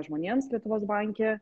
žmonėms lietuvos banke